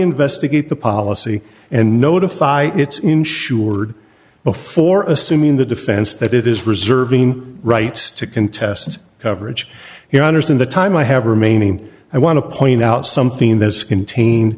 investigate the policy and notify its insured before assuming the defense that it is reserving the right to contest coverage here on ars in the time i have remaining i want to point out something that is contained